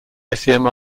lithium